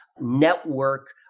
network